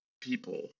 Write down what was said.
people